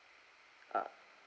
uh